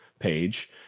page